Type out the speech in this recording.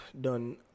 done